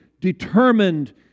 determined